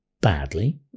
badly